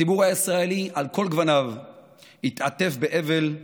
הציבור הישראלי על כל גווניו התעטף באבל.